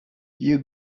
you